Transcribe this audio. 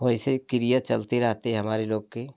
वैसे क्रिया चलती रहती हमारे लोग की